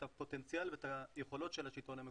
הפוטנציאל ואת היכולות של השלטון המקומי,